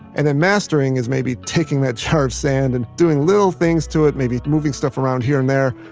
and then mastering is maybe taking that jar of sand and doing little things to it, maybe moving stuff around here and there,